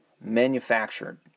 manufactured